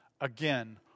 Again